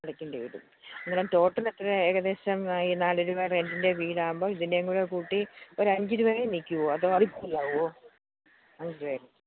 കൊടുക്കേണ്ടി വരും അന്നേരം ടോട്ടലെത്രയാണ് ഏകദേശം ഈ നാല് രൂപ റെൻ്റിൻ്റെ വീടാവുമ്പം ഇതിൻറ്റെം കൂടെ കൂട്ടി ഒരു അഞ്ച് രൂപയിൽ നിൽക്കുവോ അതോ അതിൽ കൂടുതലാവുവോ അഞ്ച്